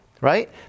Right